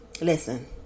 Listen